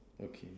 okay